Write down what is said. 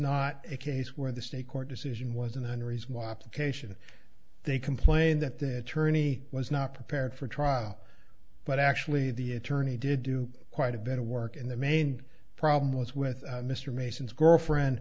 not a case where the state court decision was an unreasonable application they complained that the attorney was not prepared for trial but actually the attorney did do quite a bit of work in the main problem was with mr mason's girlfriend